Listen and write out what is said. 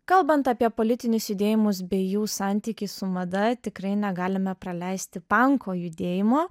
kalbant apie politinius judėjimus bei jų santykį su mada tikrai negalime praleisti pankų judėjimo